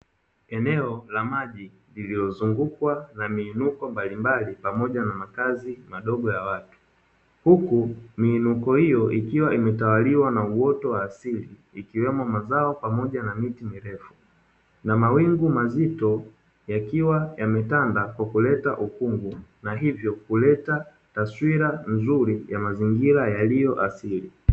Eneo la maji lililozungukwa na miinuko mbalimbali pamoja na makazi madogo ya watu. Huku miinuko hiyo ikiwa imetawaliwa na uoto wa asili ikiwemo mazao pamoja na miti mirefu, na mawingu mazito yakiwa yametanda kwa kuleta ukungu na hivyo kuleta taswira nzuri ya mazingira yaliyo asili.